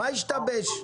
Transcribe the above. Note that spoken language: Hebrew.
מה השתבש?